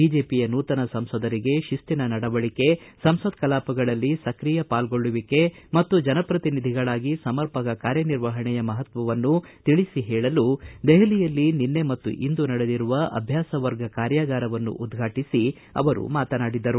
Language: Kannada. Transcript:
ಬಿಜೆಪಿಯ ನೂತನ ಸಂಸದರಿಗೆ ಶಿಸ್ತಿನ ನಡವಳಿಕೆ ಸಂಸತ್ ಕಲಾಪಗಳಲ್ಲಿ ಸ್ಕ್ರಿಯ ಪಾಲ್ಗೊಳ್ಳುವಿಕೆ ಮತ್ತು ಜನಪ್ರತಿನಿಧಿಗಳಾಗಿ ಸಮರ್ಪಕ ಕಾರ್ಯ ನಿರ್ವಹಣೆಯ ಮಹತ್ವವನ್ನು ತಿಳಿಸಿ ಹೇಳಲು ದೆಹಲಿಯಲ್ಲಿ ನಿನ್ನೆ ಮತ್ತು ಇಂದು ನಡೆದಿರುವ ಅಭ್ಯಾಸವರ್ಗ ಕಾರ್ಯಾಗಾರವನ್ನು ಉದ್ವಾಟಿಸಿ ಅವರು ಮಾತನಾಡಿದರು